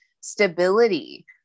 stability